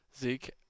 Zeke